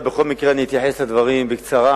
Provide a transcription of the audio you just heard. אבל בכל מקרה אני אתייחס לדברים בקצרה.